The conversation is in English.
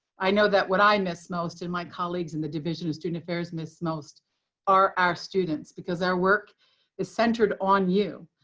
i know that what i miss most and my colleagues in the division of student affairs miss most are our students, because our work is centered on you.